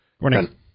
Morning